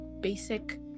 basic